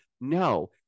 no